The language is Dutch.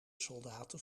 soldaten